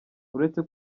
uretse